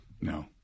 no